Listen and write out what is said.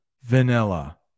vanilla